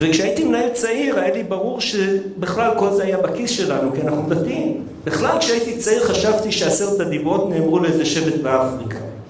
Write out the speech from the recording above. ‫וכשהייתי מנהל צעיר, היה לי ברור ‫שבכלל כל זה היה בכיס שלנו, ‫כי אנחנו דתיים. ‫בכלל כשהייתי צעיר חשבתי ‫שעשרת הדיברות נאמרו ‫לאיזה שבט באפריקה.